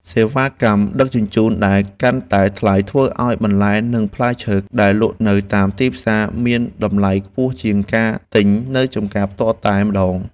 សេវាកម្មដឹកជញ្ជូនដែលកាន់តែថ្លៃធ្វើឱ្យបន្លែនិងផ្លែឈើដែលលក់នៅតាមផ្សារទំនើបមានតម្លៃខ្ពស់ជាងការទិញនៅចម្ការផ្ទាល់តែម្តង។